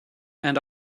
and